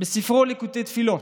בספרו "ליקוטי תפילות":